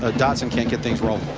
ah dodson can't get things rolling.